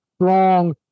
strong